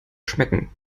schmecken